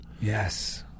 Yes